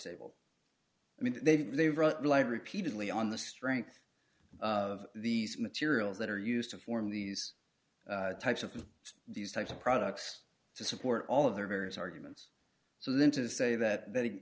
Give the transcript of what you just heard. stable i mean they've they've brought light repeatedly on the strength of these materials that are used to form these types of these types of products to support all of their various arguments so then to say that